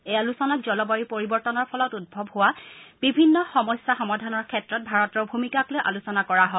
এই আলোচনাত জলবায়ু পৰিৱৰ্তনৰ ফলত উদ্ভৱ হোৱা বিভিন্ন সমস্যা সমাধানৰ ক্ষেত্ৰত ভাৰতৰ ভূমিকাক লৈ আলোচনা কৰা হয়